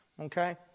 okay